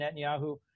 Netanyahu